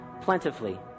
plentifully